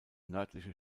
nördliche